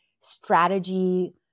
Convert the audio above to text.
strategy